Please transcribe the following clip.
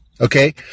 Okay